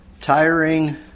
tiring